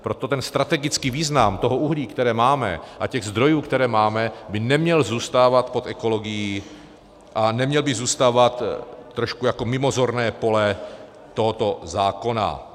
Proto ten strategický význam uhlí, které máme, a těch zdrojů, které máme, by neměl zůstávat pod ekologií a neměl by zůstávat trošku mimo zorné pole tohoto zákona.